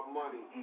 money